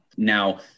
Now